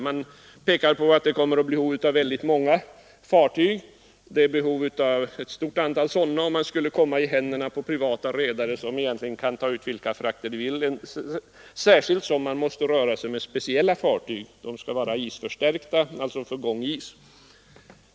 Man pekar på att det kommer att bli behov av ett stort antal fartyg och att man skulle kunna råka i händerna på privata redare, som kan ta ut vilka fraktsatser de vill — särskilt som det härvidlag rör sig om speciella fartyg, som måste vara förstärkta för gång i is.